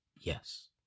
yes